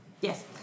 Yes